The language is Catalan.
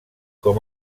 com